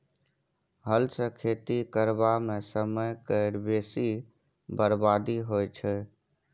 हल सँ खेती करबा मे समय केर बेसी बरबादी होइ छै